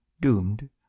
doomed